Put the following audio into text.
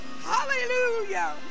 Hallelujah